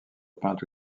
peinte